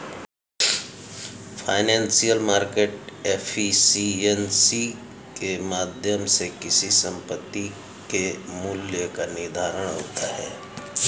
financial market efficiency के माध्यम से किसी संपत्ति के मूल्य का निर्धारण होता है